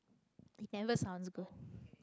it never sounds good